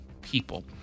people